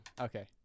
Okay